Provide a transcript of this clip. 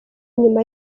nyuma